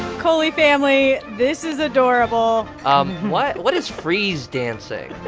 colly family, this is adorable um what what is freeze dancing?